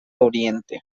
oriente